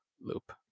loop